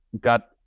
got